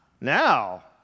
now